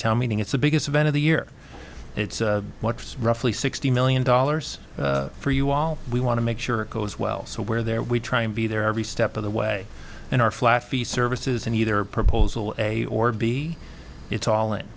town meeting it's the biggest event of the year it's what roughly sixty million dollars for you all we want to make sure it goes well so where there we try and be there every step of the way in our flat fee services and either proposal a or b it's all in